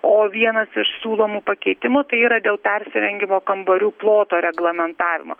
o vienas iš siūlomų pakeitimų tai yra dėl persirengimo kambarių ploto reglamentavimo